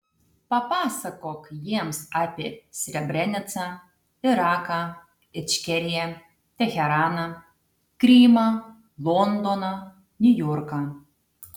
papasakok jiems apie srebrenicą iraką ičkeriją teheraną krymą londoną niujorką